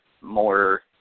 more